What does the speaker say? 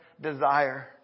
desire